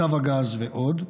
צו הגז ועוד,